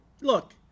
Look